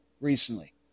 recently